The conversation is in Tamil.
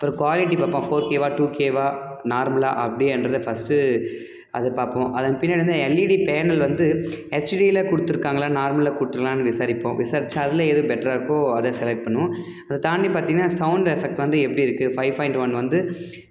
அப்பறம் க்வாலிட்டி பார்ப்போம் ஃபோர் கேவா டூ கேவா நார்மலா அப்படியே எண்டர் த ஃபஸ்ட்டு அது பார்ப்போம் அதன் பின்னாடி வந்து எல்இடி பேனல் வந்து ஹெச்டியில் கொடுத்துருக்காங்களா நார்மலாக கொடுத்துருக்காங்களானு விசாரிப்போம் விசாரித்தா அதில் எது பெட்டராக இருக்கோ அதை செலக்ட் பண்ணுவோம் அதை தாண்டி பார்த்தீங்கன்னா சவுண்டு எஃபெக்ட் வந்து எப்படி இருக்குது ஃபைவ் ஃபாயிண்ட் ஒன் வந்து